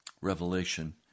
Revelation